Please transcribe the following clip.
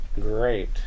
Great